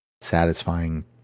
satisfying